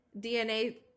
DNA